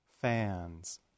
fans